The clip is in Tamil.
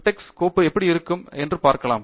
டெக்ஸ் கோப்பு எப்படி இருக்கும் என்று பார்க்கலாம்